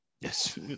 Yes